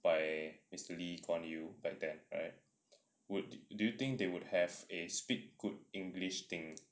by mister lee kuan yew back then right do you think they would have a speak good english thing